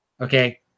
okay